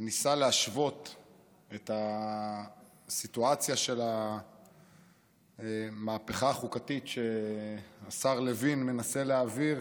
וניסה להשוות את הסיטואציה של המהפכה החוקתית שהשר לוין מנסה להעביר